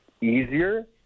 easier